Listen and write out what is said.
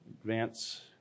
advance